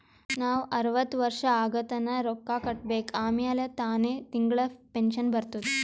ನಾವ್ ಅರ್ವತ್ ವರ್ಷ ಆಗತನಾ ರೊಕ್ಕಾ ಕಟ್ಬೇಕ ಆಮ್ಯಾಲ ತಾನೆ ತಿಂಗಳಾ ಪೆನ್ಶನ್ ಬರ್ತುದ್